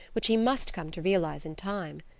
which he must come to realize in time.